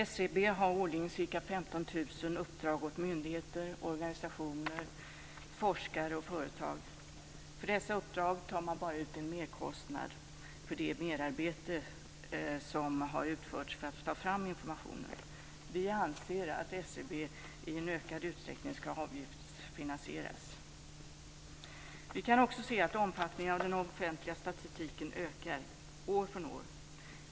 SCB har årligen ca 15 000 uppdrag år myndigheter, organisationer, forskare och företag. För dessa uppdrag tar man bara ut en kostnad för det merarbete som utförs för att ta fram den efterfrågade informationen. Vi anser att SCB i ökad utsträckning bör avgiftsfinansieras. Vi kan också se att omfattningen av den offentliga statistiken ökar år från år.